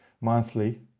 monthly